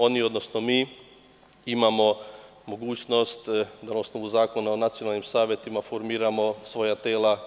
Oni, odnosno mi, imamo mogućnost da na osnovu Zakona o nacionalnim savetima formiramo svoja tela.